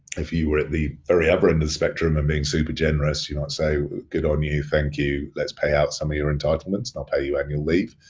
if you were at the very upper end of the spectrum and being super generous, you might say, good on you, thank you. let's payout some of your entitlements and i'll pay you annual leave.